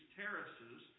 terraces